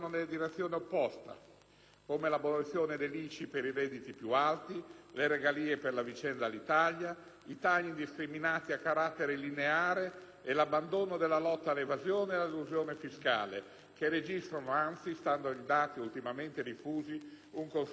come l'abolizione dell'ICI per i redditi più alti, le regalie per la vicenda Alitalia, i tagli indiscriminati a carattere lineare e l'abbandono della lotta all'evasione e all'elusione fiscale, che registrano anzi, stando ai dati ultimamente diffusi, un considerevole incremento.